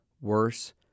worse